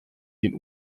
den